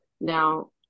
Now